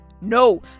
No